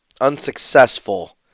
unsuccessful